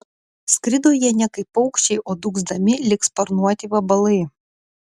skrido jie ne kaip paukščiai o dūgzdami lyg sparnuoti vabalai